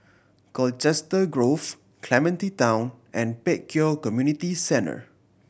Colchester Grove Clementi Town and Pek Kio Community Centre